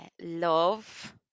love